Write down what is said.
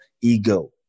ego